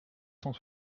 cent